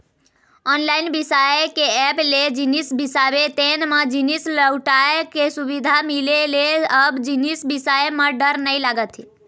online बिसाए के app ले जिनिस बिसाबे तेन म जिनिस लहुटाय के सुबिधा मिले ले अब जिनिस बिसाए म डर नइ लागत हे